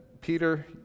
Peter